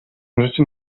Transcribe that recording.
możecie